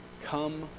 Come